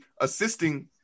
assisting